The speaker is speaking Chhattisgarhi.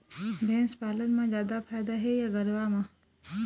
भैंस पालन म जादा फायदा हे या गरवा म?